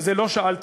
ועל זה לא שאלת,